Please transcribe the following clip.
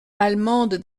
allemande